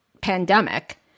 pandemic